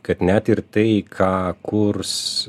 kad net ir tai ką kurs